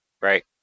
right